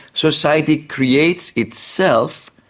society creates itself,